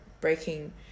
breaking